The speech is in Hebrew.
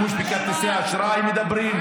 השימוש בכרטיסי אשראי מדבר.